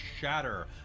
shatter